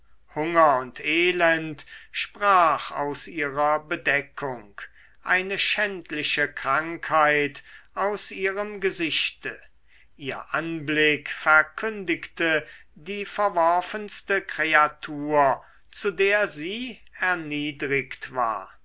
hunger und elend sprach aus ihrer bedeckung eine schändliche krankheit aus ihrem gesichte ihr anblick verkündigte die verworfenste kreatur zu der sie erniedrigt war